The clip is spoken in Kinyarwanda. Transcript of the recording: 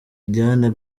diane